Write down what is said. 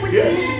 yes